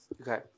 okay